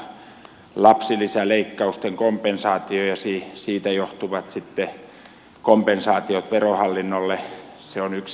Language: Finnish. juuri tämä lapsilisäleikkausten kompensaatio ja siitä sitten johtuvat kompensaatiot verohallinnolle on yksi asia